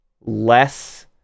less